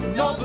no